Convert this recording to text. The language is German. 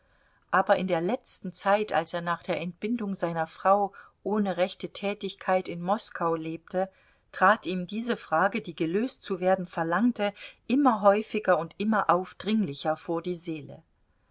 aber in der letzten zeit als er nach der entbindung seiner frau ohne rechte tätigkeit in moskau lebte trat ihm diese frage die gelöst zu werden verlangte immer häufiger und immer aufdringlicher vor die seele